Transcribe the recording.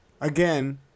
Again